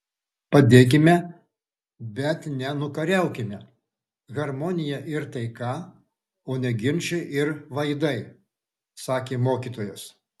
padėkime bet ne nukariaukime harmonija ir taika o ne ginčai ir vaidai sakė mokytojas